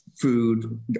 food